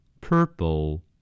Purple